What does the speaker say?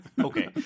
okay